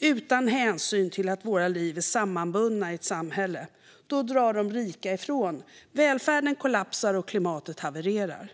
utan hänsyn till att våra liv är sammanbundna i ett samhälle, drar de rika ifrån, välfärden kollapsar och klimatet havererar.